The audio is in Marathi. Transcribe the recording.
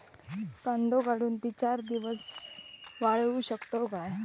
कांदो काढुन ती चार दिवस वाळऊ शकतव काय?